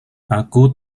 aku